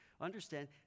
understand